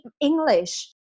English